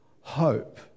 hope